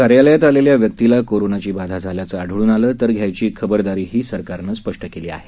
कार्यालयात आलेल्या व्यक्तीला कोरोनाची बाधा झाल्याचे आढळून आले तर घ्यायची खबरदारीही सरकारने स्पष्ट केली आहे